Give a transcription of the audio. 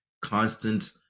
constant